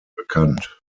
bekannt